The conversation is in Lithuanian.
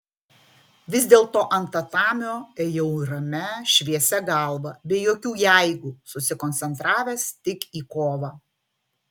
vis dėlto ant tatamio ėjau ramia šviesia galva be jokių jeigu susikoncentravęs tik į kovą